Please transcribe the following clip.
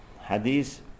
hadith